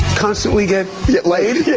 constantly get get laid?